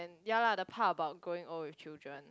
ya lar the part about growing old with children